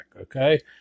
okay